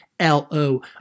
L-O